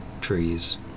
trees